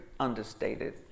understated